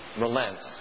relents